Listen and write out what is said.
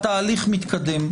התהליך מתקדם.